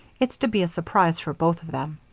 it's to be a surprise for both of them.